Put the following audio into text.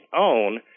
own